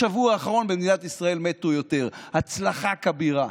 בשבוע האחרון במדינת ישראל מתו יותר, הצלחה כבירה.